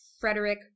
Frederick